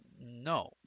No